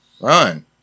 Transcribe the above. Run